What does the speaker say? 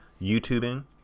YouTubing